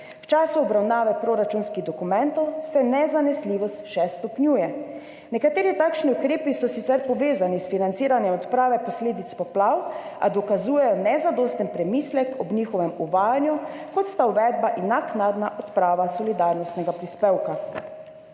V času obravnave proračunskih dokumentov se nezanesljivost še stopnjuje. Nekateri takšni ukrepi so sicer povezani s financiranjem odprave posledic poplav, a dokazujejo nezadosten premislek ob njihovem uvajanju, kot sta uvedba in naknadna odprava solidarnostnega prispevka.